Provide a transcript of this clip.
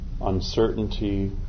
uncertainty